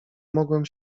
mogłem